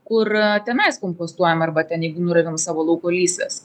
kur tenais kompostuojam arba ten jeigu nuravim savo lauko lysves